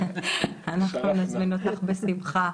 אנחנו נזמין אותך בשמחה.